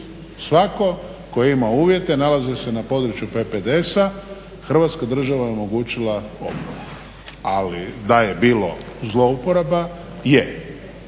Svatko koji je imao uvjete, nalazi se na području PPDS-a, hrvatska država je omogućila obnovu, ali da je bilo zlouporaba je,